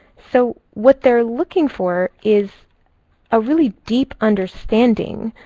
so what they're looking for is a really deep understanding.